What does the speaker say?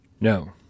No